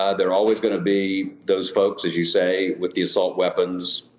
ah there are always going to be those folks, as you say, with the assault weapons,